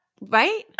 right